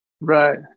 Right